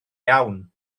iawn